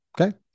Okay